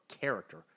character